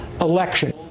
election